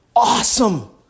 awesome